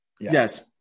Yes